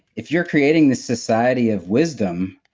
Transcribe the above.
if you're creating this society of wisdom,